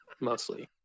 mostly